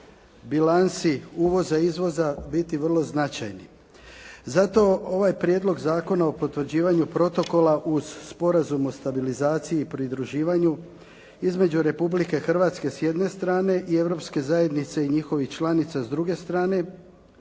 bilanci uvoza i izvoza biti vrlo značajni. Zato ovaj Prijedlog Zakona o potvrđivanju protokola uz Sporazum o stabilizaciji i pridruživanju između Republike Hrvatske s jedne strane, i Europske zajednice i njihovih članica s druge strane,